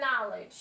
knowledge